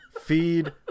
Feed